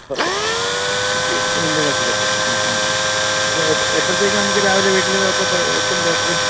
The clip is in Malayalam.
പത്രം ഇൻഡ്യൻ എക്സ്പ്രസ് അ ഹ ഹ അപ്പോള് എപ്പോഴത്തേക്കാ നമുക്കു രാവിലെ വീട്ടില് എത്തും പേപ്പര്